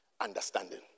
Understanding